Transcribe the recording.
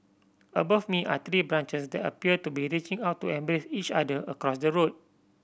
above me are tree branches that appear to be reaching out to embrace each other across the road